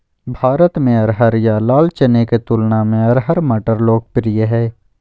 भारत में अरहर या लाल चने के तुलना में अरहर मटर लोकप्रिय हइ